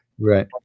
Right